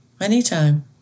Anytime